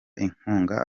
inkunga